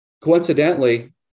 Coincidentally